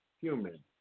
human